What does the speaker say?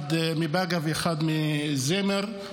אחד מבאקה ואחד מזמר.